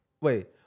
wait